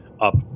up